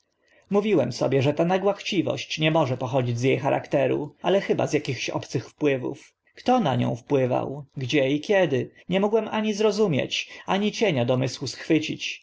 mówiłem sobie że ta nagła chciwość nie może pochodzić z e charakteru ale chyba z akichś obcych wpływów kto na nią wpływał gdzie i kiedy nie mogłem ani zrozumieć ani cienia domysłu schwycić